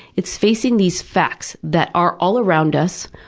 is facing these facts that are all around us,